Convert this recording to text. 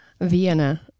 Vienna